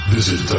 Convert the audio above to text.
Visit